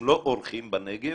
הם לא אורחים בנגב.